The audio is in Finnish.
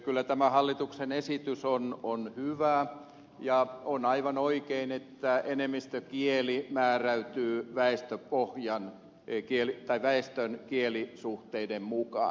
kyllä tämä hallituksen esitys on hyvä ja on aivan oikein että enemmistökieli määräytyy väestön kielisuhteiden mukaan